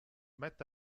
matt